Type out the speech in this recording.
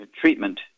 treatment